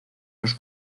los